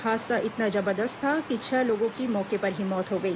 हादसा इतना जबरदस्त था कि छह लोगों की मौके पर ही मौत हो गई